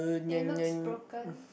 it looks broken